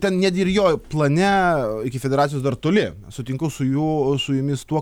ten netgi ir jo plane iki federacijos dar toli sutinku su juo su jumis tuo